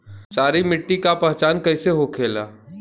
सारी मिट्टी का पहचान कैसे होखेला?